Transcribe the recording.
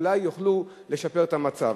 אולי יוכלו לשפר את המצב.